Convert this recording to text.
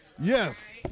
Yes